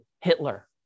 Hitler